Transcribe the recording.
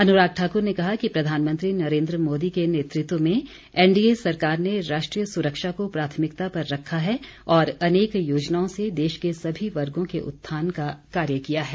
अनुराग ठाकुर ने कहा कि प्रधानमंत्री नरेन्द्र मोदी के नेतृत्व में एनडीए सरकार ने राष्ट्रीय सुरक्षा को प्राथमिकता पर रखा है और अनेक योजनाओं से देश के सभी वर्गो के उत्थान का कार्य किया है